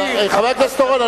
חבר הכנסת אורון,